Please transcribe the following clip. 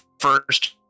first